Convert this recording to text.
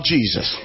Jesus